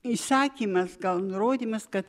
įsakymas gal nurodymas kad